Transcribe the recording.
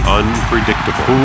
unpredictable